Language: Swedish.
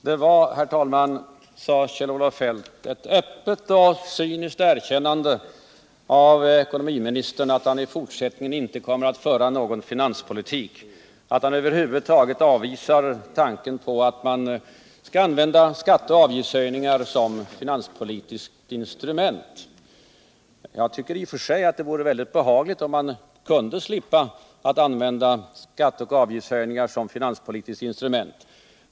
Herr talman! Det var, sade Kjell-Olof Feldt, ett öppet och cyniskt erkännande av ekonomiministern att han i fortsättningen inte kommer att föra någon finanspolitik, att han över huvud taget avvisar tanken på att använda skatte och avgiftshöjningar som finanspolitiskt instrument. Jag tycker i och för sig att det vore behagligt, om man kunde slippa att använda skatte och avgiftshöjningar som finanspolitiskt instrument.